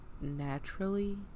naturally